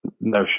no